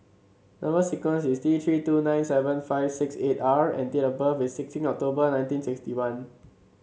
number sequence is T Three two nine seven five six eight R and date of birth is sixteen October nineteen sixty one